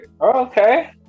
Okay